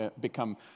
become